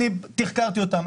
אני תחקרתי אותם,